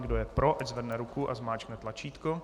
Kdo je pro ať zvedne ruku a zmáčkne tlačítko.